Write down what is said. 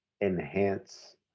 enhance